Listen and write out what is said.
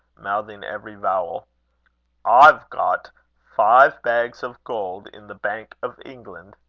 mouthing every vowel i've got five bags of gold in the bank of england.